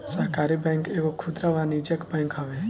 सहकारी बैंक एगो खुदरा वाणिज्यिक बैंक हवे